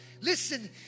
Listen